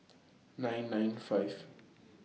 nine nine five